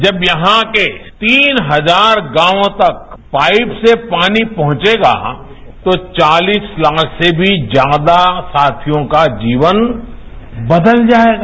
जब यहां के तीन हजार गांवों तक पाइप से पानी पहुंचेगा तो चालीस लाख से भी ज्यादा साथियों का जीवन बदल जाएगा